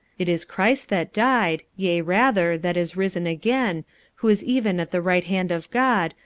it is christ that died, yea rather, that is risen again, who is even at the right hand of god,